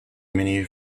many